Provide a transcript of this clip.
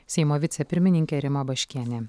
seimo vicepirmininkė rima baškienė